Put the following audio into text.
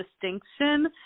distinction